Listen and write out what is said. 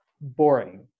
boring